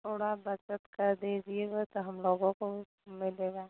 थोड़ा बचत कर दीजिएगा तो हम लोगों को भी मिलेगा